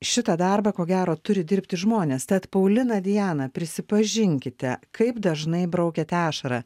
šitą darbą ko gero turi dirbti žmonės tad paulina diana prisipažinkite kaip dažnai braukiate ašarą